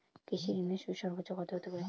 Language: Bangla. কৃষিঋণের সুদ সর্বোচ্চ কত হতে পারে?